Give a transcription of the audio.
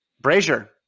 Brazier